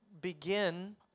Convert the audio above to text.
begin